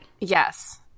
Yes